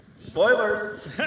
Spoilers